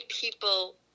people